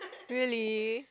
really